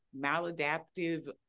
maladaptive